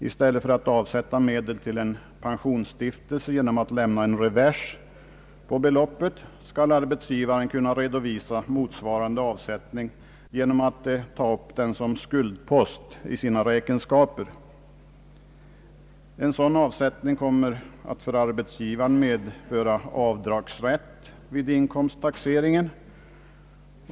I stället för att avsätta medel till en pensionsstiftelse genom att lämna en revers på beloppet skall arbetsgivaren kunna redovisa motsvarande avsättning genom att ta upp den som skuldpost i sina räkenskaper. En sådan avsättning kommer att för arbetsgivaren medföra avdragsrätt vid inkomsttaxeringen.